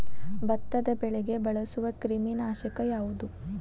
ಭತ್ತದ ಬೆಳೆಗೆ ಬಳಸುವ ಕ್ರಿಮಿ ನಾಶಕ ಯಾವುದು?